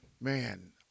man